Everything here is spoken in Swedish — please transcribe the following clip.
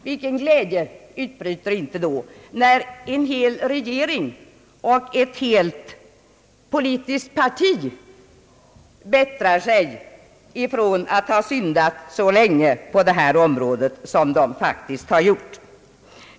Vilken glädje utbryter inte då, när en hel regering och ett helt politiskt parti bättrar sig efter att ha syndat så länge på detta område som de faktiskt har gjort!